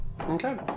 Okay